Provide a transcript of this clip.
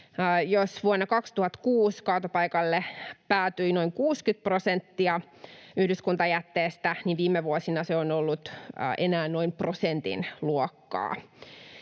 Vuonna 2006 kaatopaikalle päätyi noin 60 prosenttia yhdyskuntajätteestä, ja viime vuosina se on ollut enää noin prosentin luokkaa.